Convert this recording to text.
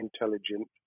intelligent